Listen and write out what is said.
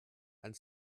and